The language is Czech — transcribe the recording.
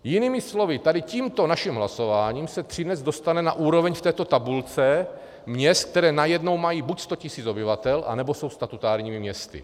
Jinými slovy, tady tímto naším hlasováním se Třinec dostane na úroveň v této tabulce měst, která najednou mají buď 100 tisíc obyvatel, anebo jsou statutárními městy.